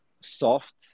soft